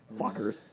Fuckers